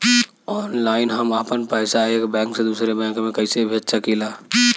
Online हम आपन पैसा एक बैंक से दूसरे बैंक में कईसे भेज सकीला?